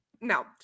No